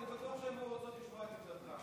אני בטוח שהן רוצות לשמוע את עמדתו,